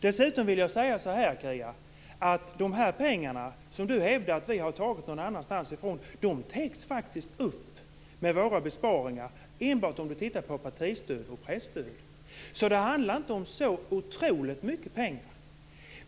De pengar som Kia Andreasson hävdar att vi moderater har tagit från någon annanstans täcks faktiskt upp med våra förslag till besparingar enbart om man tittar på partistöd och presstöd. Det handlar inte om så otroligt mycket pengar.